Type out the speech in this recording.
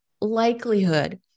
likelihood